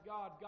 God